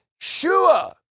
sure